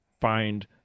find